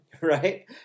Right